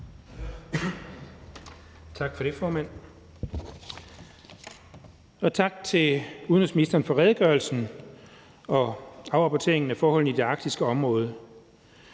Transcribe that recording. Tak for det, formand, og tak til udenrigsministeren for redegørelsen og afrapporteringen af forholdene i det arktiske område.